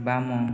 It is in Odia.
ବାମ